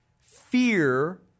fear